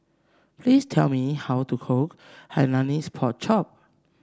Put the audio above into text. please tell me how to cook Hainanese Pork Chop